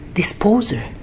disposer